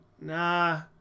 nah